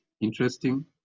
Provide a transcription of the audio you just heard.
interesting